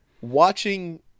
watching